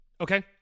Okay